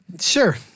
Sure